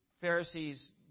Pharisees